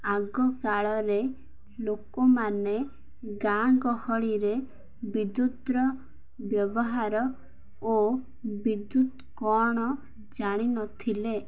ଆଗକାଳରେ ଲୋକମାନେ ଗାଁ ଗହଳିରେ ବିଦ୍ୟୁତର ବ୍ୟବହାର ଓ ବିଦ୍ୟୁତ କ'ଣ ଜାଣି ନଥିଲେ